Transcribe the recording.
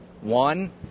one